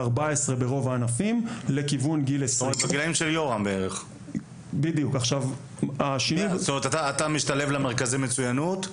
14 ברוב הענפים לכיוון גיל 20. אתה משתלב למרכזי מצויינות,